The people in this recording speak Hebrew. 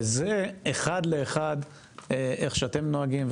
וזה אחד לאחד איך שאתם נוהגים,